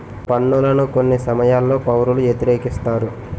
పన్నులను కొన్ని సమయాల్లో పౌరులు వ్యతిరేకిస్తారు